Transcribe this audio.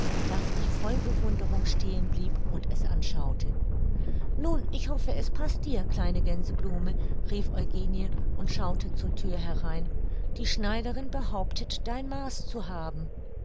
daß ich voll bewunderung stehen blieb und es anschaute nun ich hoffe es paßt dir kleine gänseblume rief eugenie und schaute zur thür herein die schneiderin behauptet dein maß zu haben